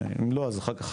ואם לא אז אחר כך